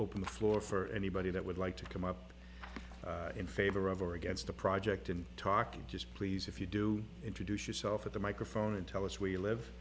open the floor for anybody that would like to come up in favor of or against a project i'm talking just please if you do introduce yourself at the microphone and tell us where you live